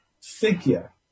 figure